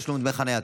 תשלום דמי חניה),